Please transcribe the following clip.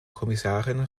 kommissarin